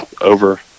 over